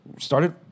started